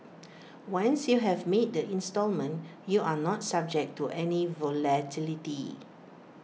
once you have made the instalment you are not subject to any volatility